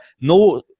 no